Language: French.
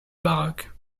baroque